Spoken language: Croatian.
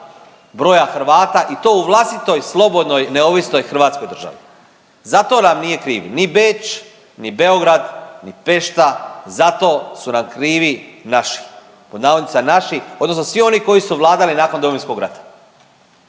broja Hrvata i to u vlastitoj slobodnoj neovisnoj Hrvatskoj državi. Zato nam nije kriv ni Beč, ni Beograd, ni Pešta. Zato su nam krivi naši, pod navodnicima naši, odnosno svi oni koji su vladali nakon Domovinskog rata